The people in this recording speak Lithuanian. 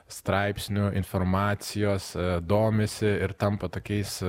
straipsnių informacijos domisi ir tampa tokiais